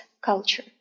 culture